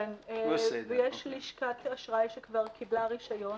יש לשכת אשראי שכבר קיבלה רישיון,